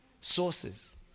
sources